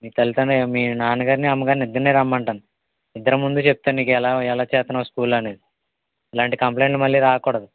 నేను కలిశాను మీ నాన్నగారిని అమ్మగారిని ఇద్దర్ని రమ్మంటాను ఇద్దరి ముందు చెప్తాను నీకు ఎలా ఎలా చేస్తున్నావో స్కూల్లో అనేది ఇలాంటి కంప్లైంట్లు మళ్ళీ రాకూడదు